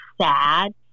sad